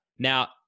Now